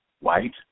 white